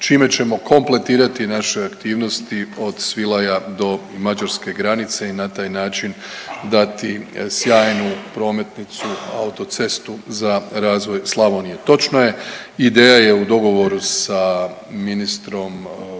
čime ćemo kompletirati naše aktivnosti od Svilaja do mađarske granice i na taj način dati sjajnu prometnicu, autocestu za razvoj Slavonije. Točno je, ideja je u dogovoru sa ministrom